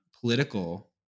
political